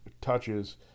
touches